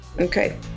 Okay